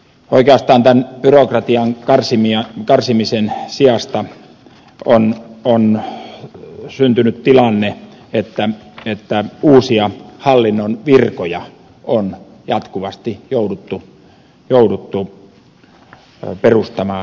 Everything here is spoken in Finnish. oikeastaan tämän byrokratian karsimisen sijasta on syntynyt tilanne että uusia hallinnon virkoja on jatkuvasti jouduttu perustamaan lisää